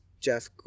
Jeff